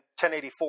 1084